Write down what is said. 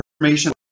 Information